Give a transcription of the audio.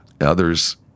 Others